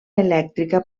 elèctrica